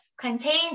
contains